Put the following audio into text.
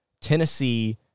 Tennessee